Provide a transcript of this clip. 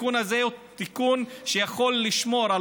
התיקון הזה הוא תיקון שיכול לשמור על